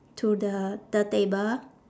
to the the table